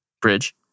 bridge